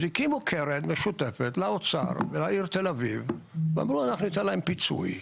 אז הקימו קרן משותפת לאוצר ולעיר תל-אביב ואמרו: אנחנו ניתן להם פיצוי.